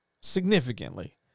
significantly